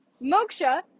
Moksha